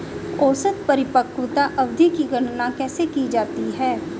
औसत परिपक्वता अवधि की गणना कैसे की जाती है?